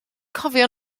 cofio